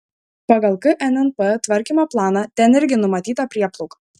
pagal knnp tvarkymo planą ten irgi numatyta prieplauka